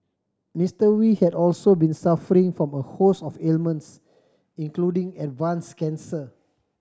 Mister Wee had also been suffering from a host of ailments including advanced cancer